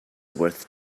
worth